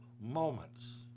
moments